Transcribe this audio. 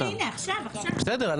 בסדר,